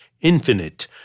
infinite